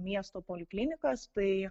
miesto poliklinikas tai